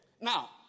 Now